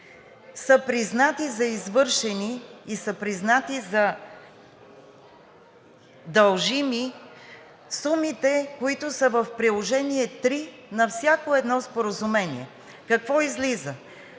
са признати за извършени и са признати за дължими сумите, които са в приложение № 3 на всяко едно споразумение. Какво излиза?